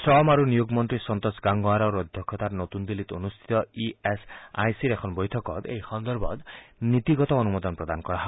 শ্ৰম আৰু নিয়োগ মন্ত্ৰী সন্তোষ গাংৱাৰৰ অধ্যক্ষতাত নতুন দিল্লীত অনুষ্ঠিত ই এছ আই চিৰ এখন বৈঠকত এই সন্দৰ্ভত নীতিগত অনুমোদন প্ৰদান কৰা হয়